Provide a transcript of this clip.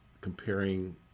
comparing